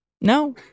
No